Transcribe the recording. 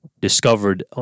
discovered